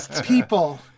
people